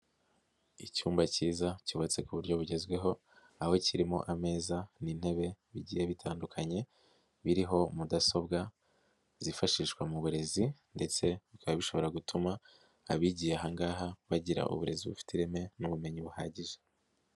Icyumba cyiza cyubatse ku buryo bugezweho aho kirimo ameza n'intebe bigiye bitandukanye biriho mudasobwa zifashishwa mu burezi ndetse bikaba bishobora gutuma abigiye aha ngaha bagira uburezi bufite ireme n'ubumenyi buhagije.